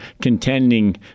contending